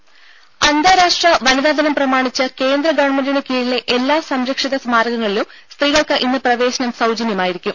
രംഭ അന്താരാഷ്ട്ര വനിതാ ദിനം പ്രമാണിച്ച് കേന്ദ്ര ഗവൺമെന്റിനു കീഴിലെ എല്ലാ സംരക്ഷിത സ്മാരകങ്ങളിലും സ്ത്രീകൾക്ക് ഇന്ന് പ്രവേശനം സൌജന്യമായിരിക്കും